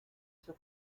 sur